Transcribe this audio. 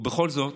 ובכל זאת,